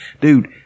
dude